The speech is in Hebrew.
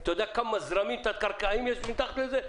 האם אתה יודע כמה זרמים תת קרקעיים יש מתחת לזה?